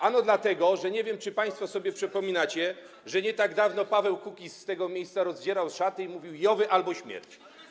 Ano dlatego, że nie wiem, czy państwo sobie przypominacie, że nie tak dawno Paweł Kukiz z tego miejsca rozdzierał szaty i mówił: JOW-y albo śmierć.